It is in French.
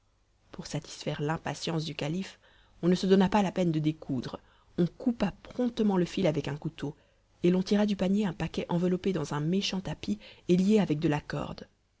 pour satisfaire l'impatience du calife on ne se donna pas la peine de découdre on coupa promptement le fil avec un couteau et l'on tira du panier un paquet enveloppé dans un méchant tapis et lié avec de la corde